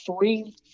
three